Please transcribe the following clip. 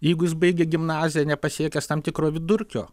jeigu jis baigė gimnaziją nepasiekęs tam tikro vidurkio